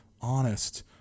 honest